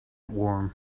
warm